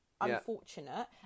unfortunate